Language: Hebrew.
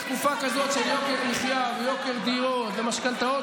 בתקופה כזאת של יוקר מחיה ויוקר דירות ומשכנתאות